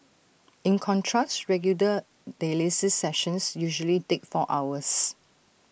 in contrast regular dialysis sessions usually take four hours